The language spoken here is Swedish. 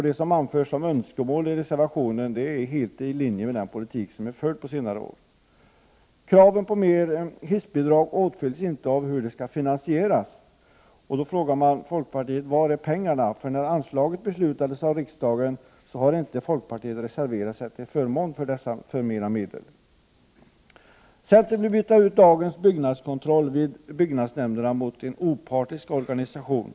Det som anförs som önskemål i reservationen är helt i linje med den politik som har förts under senare år. Kravet på utökat hissbidrag åtföljs inte av förslag till hur utökningen skall finansieras. Då frågar man folkpartiet: Var är pengarna? När riksdagen beslutade om anslaget till hissbidrag reserverade sig inte folkpartiet till förmån för ytterligare medel. Centern vill byta ut dagens byggnadskontroll vid byggnadsnämnderna mot en opartisk organisation.